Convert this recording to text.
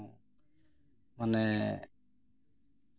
ᱢᱟᱱᱮ